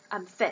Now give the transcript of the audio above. I'm fat